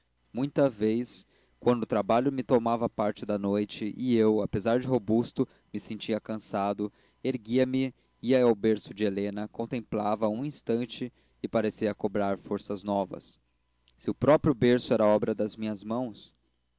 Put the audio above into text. muita vez quando o trabalho me tomava parte da noite e eu apesar de robusto me sentia cansado erguia-me ia ao berço de helena contemplava-a um instante e parecia cobrar forças novas se o próprio berço era obra de minhas mãos